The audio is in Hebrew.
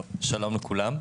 שלום לכולם,